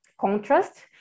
contrast